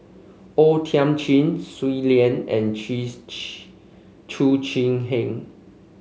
O Thiam Chin Shui Lan and Chee Chu Chee Seng